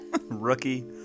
Rookie